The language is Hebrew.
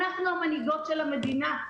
אנחנו המנהיגות של המדינה.